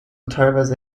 teilweise